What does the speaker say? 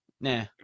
Nah